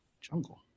Jungle